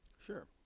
Sure